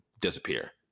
disappear